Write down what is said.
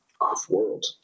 Off-world